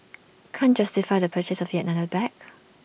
can't justify the purchase of yet another bag